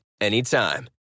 anytime